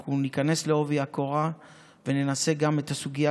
אנחנו ניכנס בעובי הקורה וננסה גם בסוגיה